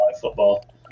football